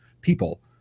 people